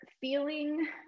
feeling